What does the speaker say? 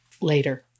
later